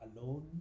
alone